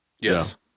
Yes